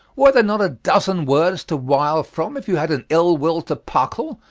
were there not a dozen words to wile from if you had an ill-will to puckle?